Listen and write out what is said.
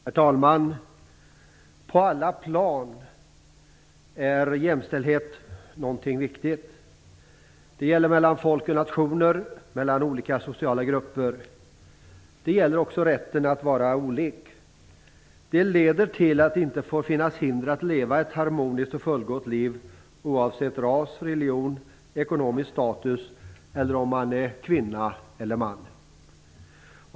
Herr talman! På alla plan är jämställdhet någonting viktigt. Det gäller mellan folk och nationer och mellan olika sociala grupper. Det gäller också rätten att vara olik. Det leder till att det inte får finnas hinder att leva ett harmoniskt och fullgott liv oavsett ras, religion, ekonomisk status eller könstillhörighet.